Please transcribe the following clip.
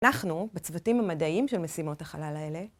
אנחנו, בצוותים המדעיים של משימות החלל האלה,